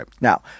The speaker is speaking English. Now